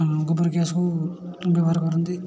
ଗୋବର ଗ୍ୟାସ୍କୁ ବ୍ୟବହାର କରନ୍ତି